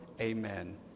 Amen